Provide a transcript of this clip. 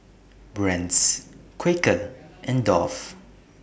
Brand's Quaker and Dove